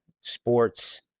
sports